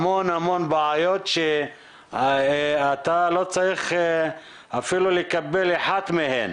המון בעיות שאתה לא צריך אפילו לקבל אחת מהן